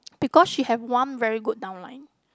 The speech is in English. because she have one very good down line